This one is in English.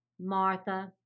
Martha